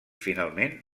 finalment